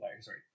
sorry